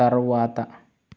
తర్వాత